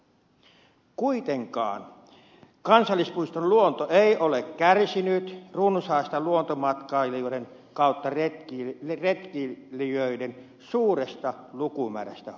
kuitenkaan kansallispuiston luonto ei ole kärsinyt luontomatkailijoiden ja retkeilijöiden suuresta lukumäärästä huolimatta